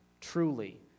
truly